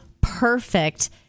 perfect